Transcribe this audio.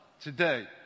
today